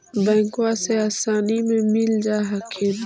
बैंकबा से आसानी मे मिल जा हखिन?